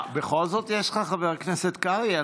מה, בכל זאת יש לך, חבר הכנסת קרעי?